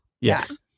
Yes